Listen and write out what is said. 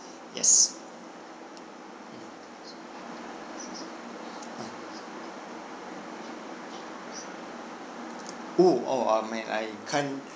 yes oo oh uh man I can't